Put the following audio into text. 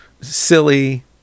silly